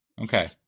okay